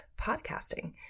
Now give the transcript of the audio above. podcasting